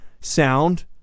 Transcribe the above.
sound